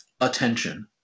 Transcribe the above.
attention